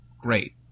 Great